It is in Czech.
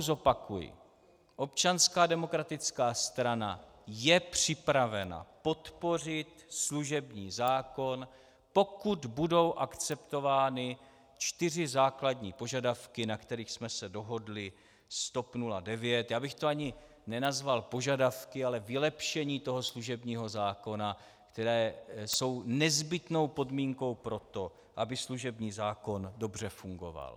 Já znovu zopakuji: Občanská demokratická strana je připravena podpořit služební zákon, pokud budou akceptovány čtyři základní požadavky, na kterých jsme se dohodli s TOP 09 já bych to ani nenazval požadavky, ale vylepšení služebního zákona , které jsou nezbytnou podmínkou pro to, aby služební zákon dobře fungoval.